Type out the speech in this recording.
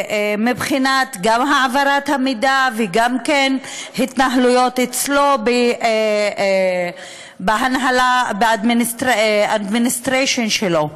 גם מבחינת העברת המידע וגם בהתנהלות אצלו בהנהלה ובאדמיניסטרציה שלו.